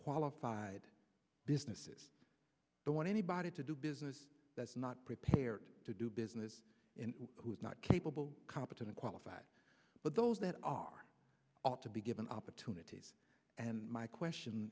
qualified businesses don't want anybody to do business that's not prepared to do business who is not capable competent qualified but those that are ought to be given opportunities and my question